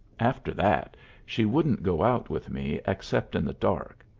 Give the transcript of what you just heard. after that she wouldn't go out with me except in the dark,